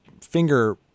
finger